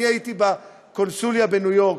אני הייתי בקונסוליה בניו יורק.